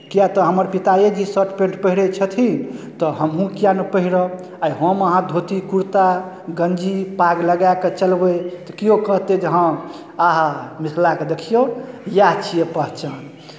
किआक तऽ हमर पिताए जी शर्ट पेंट पहिरैत छथिन तऽ हमहूँ किआक नहि पहिरब आइ हम अहाँ धोती कुर्ता गंजी पाग लगाए कऽ चलबै तऽ केओ कहतै जे हँ आ हा हा मिथिलाके देखियौ इएह छियै पहचान